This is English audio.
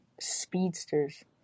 speedsters